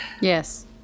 yes